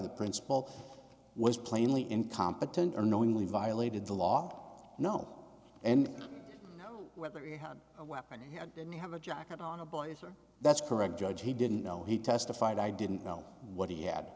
the principal was plainly incompetent or knowingly violated the law no and whether you had a weapon he didn't have a jacket on a boys or that's correct judge he didn't know he testified i didn't know what he had